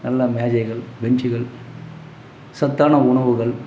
நல்ல மேஜைகள் பெஞ்சுகள் சத்தான உணவுகள்